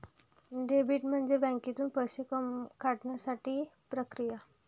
debit म्हणजे बँकेतून पैसे काढण्याची प्रक्रिया